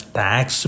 tax